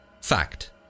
Fact